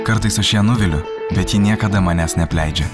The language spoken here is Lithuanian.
kartais aš ją nuviliu bet ji niekada manęs neapleidžia